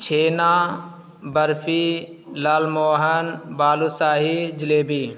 چھینا barfi lal mohan balushahi jalebi